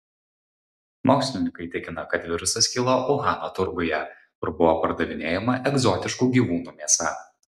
mokslininkai tikina kad virusas kilo uhano turguje kur buvo pardavinėjama egzotiškų gyvūnų mėsa